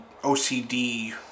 OCD